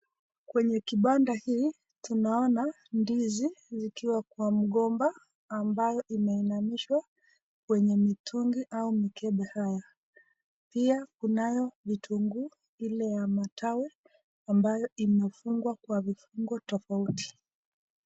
Kwenye kibanda hii, tunaona ndizi zikiwa kwa mgomba ambayo imeinamishwa kwenye mitungi au mikebe haya. Pia kunayo vitunguu ile ya matawi ambayo imefungwa kwa vifungo tofauti.